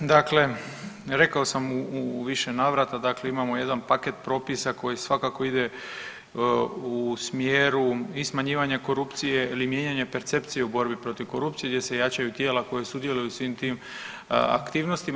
Dakle, rekao sam u više navrata, dakle imamo jedan paket propisa koji svakako ide u smjeru i smanjivanja korupcije ili mijenjanja percepcije u borbi protiv korupcije gdje se jačaju tijela koja sudjeluju u svim tim aktivnostima.